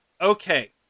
okay